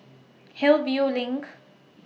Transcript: Hillview LINK